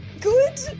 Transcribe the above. good